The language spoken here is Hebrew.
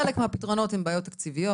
חלק מהפתרונות הם בעיות תקציביות,